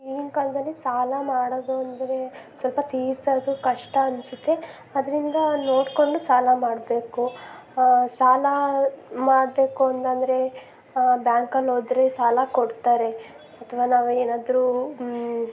ಈಗಿನ ಕಾಲದಲ್ಲಿ ಸಾಲ ಮಾಡೋದು ಅಂದರೆ ಸ್ವಲ್ಪ ತೀರ್ಸೋದು ಕಷ್ಟ ಅನ್ನಿಸುತ್ತೆ ಅದರಿಂದ ನೋಡಿಕೊಂಡು ಸಾಲ ಮಾಡಬೇಕು ಸಾಲ ಮಾಡಬೇಕು ಅಂತ ಅಂದರೆ ಬ್ಯಾಂಕಲ್ಲಿ ಹೋದ್ರೆ ಸಾಲ ಕೊಡ್ತಾರೆ ಅಥವಾ ನಾವು ಏನಾದರೂ